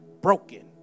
broken